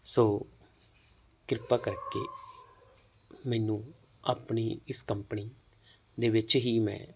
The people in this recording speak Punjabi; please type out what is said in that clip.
ਸੋ ਕਿਰਪਾ ਕਰਕੇ ਮੈਨੂੰ ਆਪਣੀ ਇਸ ਕੰਪਨੀ ਦੇ ਵਿੱਚ ਹੀ ਮੈਂ